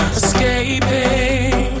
escaping